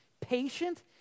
patient